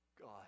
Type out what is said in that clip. God